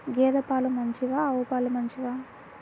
గేద పాలు మంచివా ఆవు పాలు మంచివా?